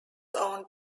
owned